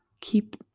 keep